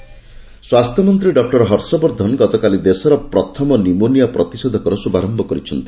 ହର୍ଷବର୍ଦ୍ଧନ ସ୍ୱାସ୍ଥ୍ୟ ମନ୍ତ୍ରୀ ଡକୁର ହର୍ଷବର୍ଦ୍ଧନ ଗତକାଲି ଦେଶର ପ୍ରଥମ ନିମୋନିଆ ପ୍ରତିଷେଧକର ଶ୍ରଭାରମ୍ଭ କରିଛନ୍ତି